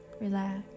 relax